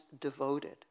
devoted